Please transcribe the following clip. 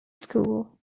school